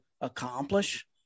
accomplish